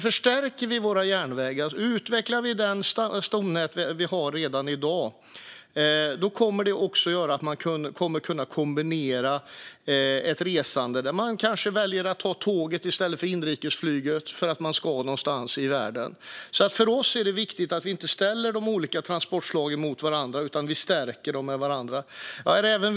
Förstärker vi våra järnvägar och utvecklar det stomnät vi har redan i dag kommer det också att göra att man kan kombinera resandet. Man kanske väljer att ta tåget i stället för inrikesflyget när man ska någonstans i världen. För oss är det alltså viktigt att vi inte ställer de olika transportslagen mot varandra utan stärker vart och ett av dem.